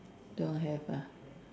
don't have ah